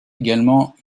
également